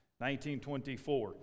1924